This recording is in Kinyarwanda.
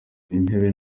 intebe